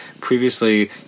previously